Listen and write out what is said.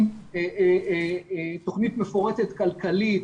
עם תוכנית מפורטת כלכלית,